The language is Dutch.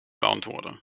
beantwoorden